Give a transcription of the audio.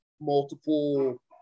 multiple